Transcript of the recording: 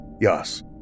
Yes